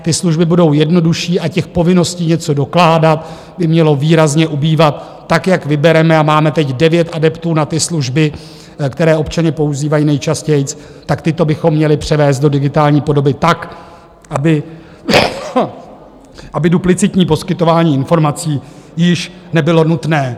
Ty služby budou jednodušší a povinností něco dokládat by mělo výrazně ubývat, tak jak vybereme, a máme teď devět adeptů na ty služby, které občané používají nejčastěji, tyto bychom měli převést do digitální podoby tak, aby duplicitní poskytování informací již nebylo nutné.